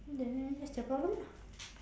then that's their problem lah